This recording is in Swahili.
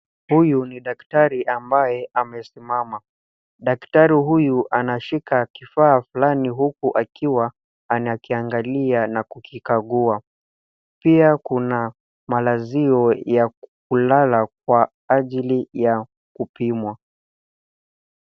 Huyu ni daktari ambaye amesimama. Daktari huyu anashika kifaa fulani huku akiwa anakiangalia na kukikagua. Pia kuna malazio ya kulala kwa ajili ya kupimwa.